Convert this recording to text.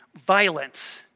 Violence